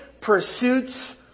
pursuits